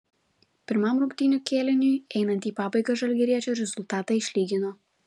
pirmam rungtynių kėliniui einant į pabaigą žalgiriečiai rezultatą išlygino